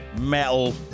metal